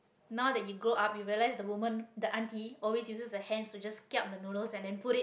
now that you grow up you realise that the woman the aunty always uses her hands to just kiap the noodles and then put it